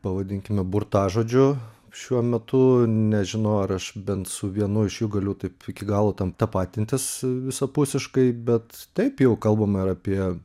pavadinkime burtažodžių šiuo metu nežinau ar aš bent su vienu iš jų galiu taip iki galo tam tapatintis visapusiškai bet taip jau kalbame ir apie